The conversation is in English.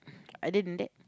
other than that